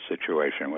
situation